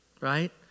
right